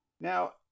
Now